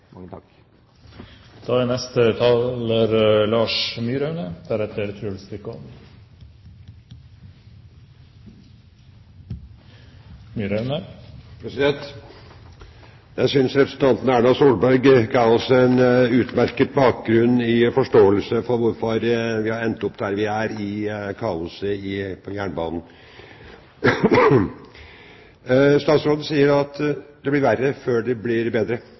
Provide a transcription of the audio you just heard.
Jeg synes representanten Erna Solberg ga oss en utmerket bakgrunn for forståelsen av hvorfor vi har endt opp der vi er – i kaoset på jernbanen. Statsråden sier at det blir verre før det blir bedre.